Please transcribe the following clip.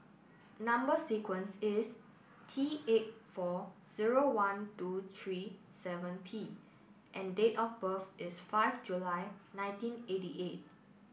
number sequence is T eight four zero one two three seven P and date of birth is five July nineteen eighty eight